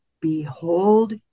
behold